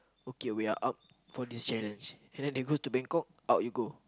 okay we are up for this challenge and then they go to Bangkok out you go